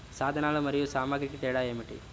సాధనాలు మరియు సామాగ్రికి తేడా ఏమిటి?